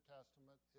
Testament